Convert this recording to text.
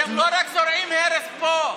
אתם לא רק זורעים הרס פה,